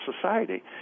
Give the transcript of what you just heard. society